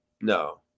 No